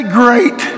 great